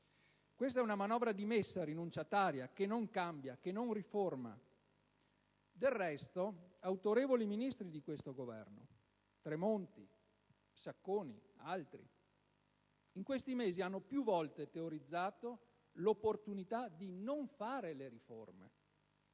Questa è una manovra dimessa, rinunciataria, che non cambia e che non riforma. Del resto, autorevoli Ministri di questo Governo - Tremonti, Sacconi e altri - in questi mesi hanno più volte teorizzato l'opportunità di non fare le riforme,